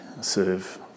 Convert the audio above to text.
serve